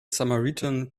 samaritan